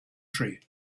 tree